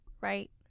Right